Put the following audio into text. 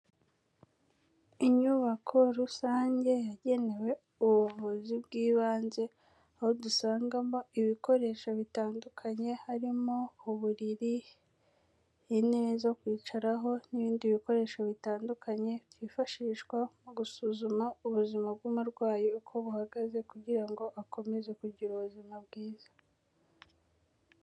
Inyubako rusange yagenewe ubuvuzi bw'ibanze, aho dusangamo ibikoresho bitandukanye harimo: uburiri, intebe zo kwicaraho n'ibindi bikoresho bitandukanye, byifashishwa mu gusuzuma ubuzima bw'umurwayi uko buhagaze, kugira ngo akomeze kugira ubuzima bwiza.